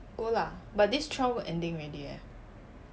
go lah but this trial ending already eh